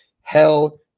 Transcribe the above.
hell